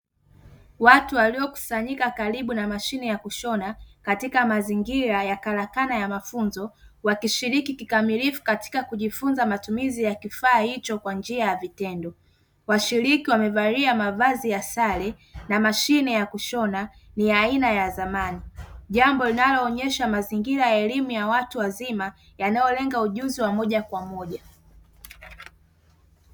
Watu waliokusanyika karibu na mashine ya kushona, katika mazingira ya karakana ya mafunzo; wakishiriki kikamilifu katika kujifunza matumizi ya kifaa hicho kwa njia ya vitendo. Washiriki wamevalia mavazi ya sare na msahine ya kushona ni aina ya zamani; jambo linaloonyesha mazingira ya elimu ya watu wazima yanayolenga ujuzi wa moja kwa moja.